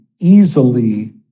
easily